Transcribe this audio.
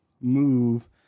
move